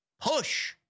push